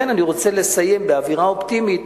אני רוצה לסיים באווירה אופטימית.